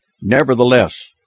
Nevertheless